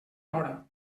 hora